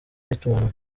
y’itumanaho